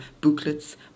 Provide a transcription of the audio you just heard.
booklets